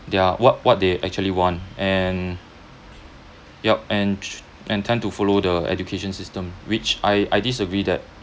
their what what they actually want and yup and and tend to follow the education system which I I disagree that